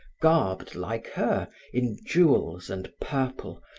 garbed like her in jewels and purple,